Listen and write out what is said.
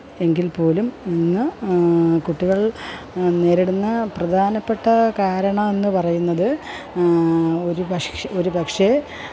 എങ്കില്പ്പോലും ഇന്ന് കുട്ടികള് നേരിടുന്ന പ്രധാനപ്പെട്ട കാരണം എന്ന് പറയുന്നത് ഒരുപക്ഷ് ഒരുപക്ഷെ